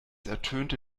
ertönte